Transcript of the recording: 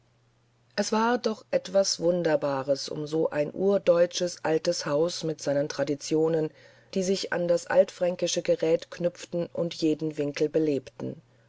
es war doch etwas wunderbares um so ein urdeutsches altes haus mit seinen traditionen die sich an das altfränkische gerät knüpften und jeden winkel belebten